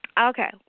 Okay